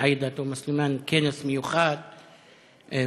עאידה תומא סלימאן כנס מיוחד וחשוב,